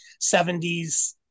70s